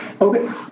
okay